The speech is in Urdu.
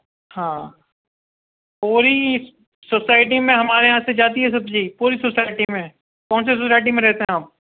ہاں پوری سوسائٹی میں ہمارے یہاں سے جاتی ہے سبزی پوری سوسائٹی میں کون سی سوسائٹی میں رہتے ہیں آپ